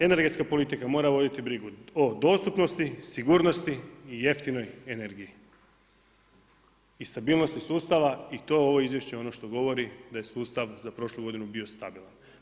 Energetska politika mora voditi brigu o dostupnosti, sigurnosti i jeftinoj energiji i stabilnosti sustava i to ovo izvješće ono što govori da je sustav za prošlu godinu bio stabilan.